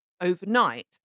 overnight